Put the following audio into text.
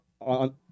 on